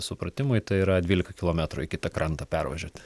supratimui tai yra dvylika kilometrų į kitą krantą pervažiuoti